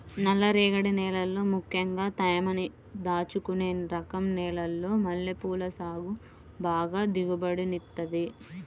నల్లరేగడి నేలల్లో ముక్కెంగా తేమని దాచుకునే రకం నేలల్లో మల్లెపూల సాగు బాగా దిగుబడినిత్తది